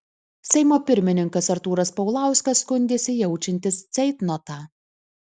seimo pirmininkas artūras paulauskas skundėsi jaučiantis ceitnotą